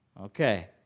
Okay